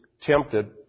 tempted